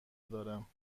دارم